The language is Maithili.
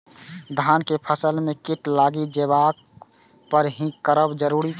धान के फसल में कीट लागि जेबाक पर की करब जरुरी छल?